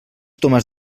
tomàs